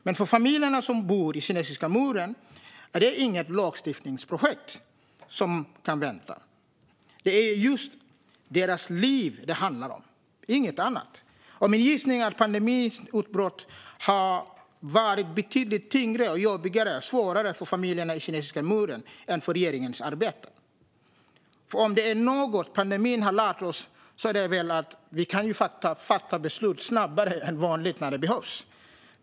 Men för familjerna som bor i Kinesiska muren handlar det inte om ett lagstiftningsprojekt som kan vänta, utan det handlar om deras liv - inget annat. Min gissning är att pandemins utbrott har varit betydligt tyngre, jobbigare och svårare för familjerna i Kinesiska muren än för regeringens arbete. Om det är något pandemin har lärt oss är det väl att vi kan fatta beslut snabbare än vanligt när det behövs.